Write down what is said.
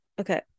okay